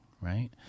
right